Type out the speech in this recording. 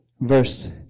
verse